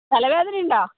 തലവേദനയുണ്ടോ